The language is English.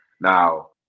now